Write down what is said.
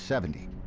seventy.